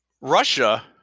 Russia